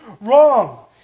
wrong